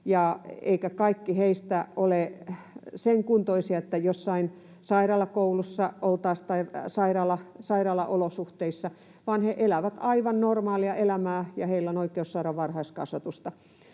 eivätkä kaikki heistä ole sen kuntoisia, että olisivat jossain sairaalakoulussa tai sairaalaolosuhteissa, vaan he elävät aivan normaalia elämää ja heillä on oikeus saada varhaiskasvatusta.